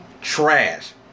trash